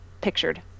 pictured